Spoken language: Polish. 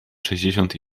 sześćdziesiąt